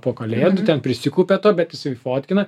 po kalėdų ten prisikaupia to bet jisai fotkina